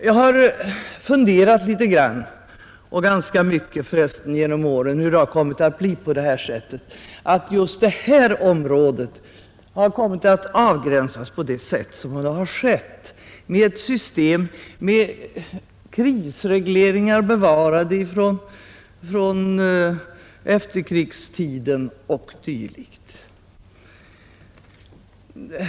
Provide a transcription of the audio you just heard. Jag har funderat litet grand — ganska mycket, för resten, genom åren — över hur det har kommit att bli så att just detta område avgränsats på det sätt som har skett, hur vi har kommit att få ett system med krisregleringar bevarade från efterkrigstiden o. d.